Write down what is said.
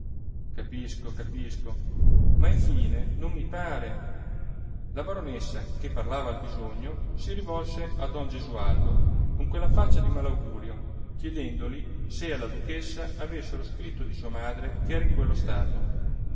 capisco capisco ma infine non mi pare la baronessa che parlava al bisogno si rivolse a don gesualdo con quella faccia di malaugurio chiedendogli se alla duchessa avessero scritto di sua madre che era in quello stato